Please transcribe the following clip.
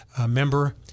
member